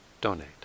donate